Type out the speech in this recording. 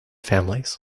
families